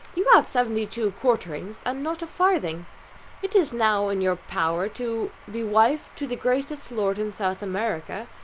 you have seventy-two quarterings, and not a farthing it is now in your power to be wife to the greatest lord in south america,